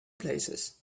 places